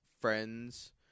friends